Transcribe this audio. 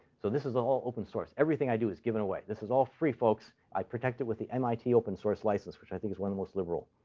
so this is ah all open source. everything i do is given away. this is all, free folks. i protect it with the mit open-source license, which i think is one of the most liberal.